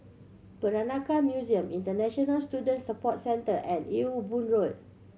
Peranakan Museum International Student Support Centre and Ewe Boon Road